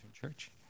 church